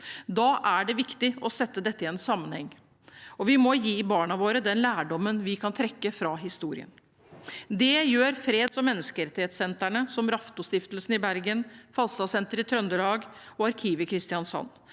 Da er det viktig å sette dette i en sammenheng, og vi må gi barna våre den lærdommen vi kan trekke fra historien. Det gjør freds- og menneskerettighetssentre som Raftostiftelsen i Bergen, Falstadsenteret i Trøndelag og Arkivet i Kristiansand.